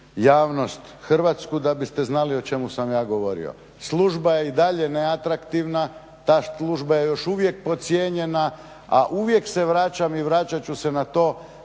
javnost hrvatsku da biste znali o čemu sam ja govorio. Služba je i dalje neatraktivna, ta služba je još uvijek precijenjena, a uvijek se vraćam i vraćat ću se na to